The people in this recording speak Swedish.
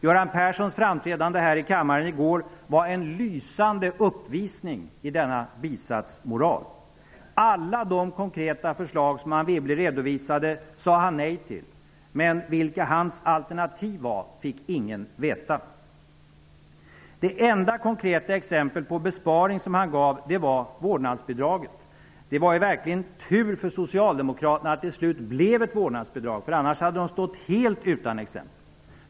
Göran Perssons framträdande här i kammaren i går var en lysande uppvisning i denna bisatsmoral. Alla de konkreta förslag som Anne Wibble redovisade sade han nej till, men vilka hans alternativ var fick ingen veta. Det enda konkreta exempel på besparing som han gav var vårdnadsbidraget. Det var verkligen tur för Socialdemokraterna att det till slut blev ett vårdnadsbidrag, för annars hade de stått helt utan exempel.